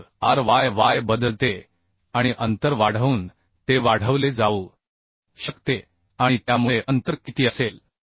तर R y y बदलते आणि अंतर वाढवून ते वाढवले जाऊ शकते आणि त्यामुळे अंतर किती असेल